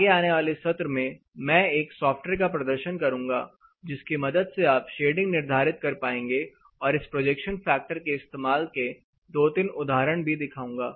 आगे आने वाले सत्र में मैं एक सॉफ्टवेयर का प्रदर्शन करूंगा जिसकी मदद से आप शेडिंग निर्धारित कर पाएंगे और इस प्रोजेक्शन फैक्टर के इस्तेमाल के 2 3 उदाहरण भी दिखाऊंगा